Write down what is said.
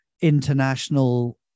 international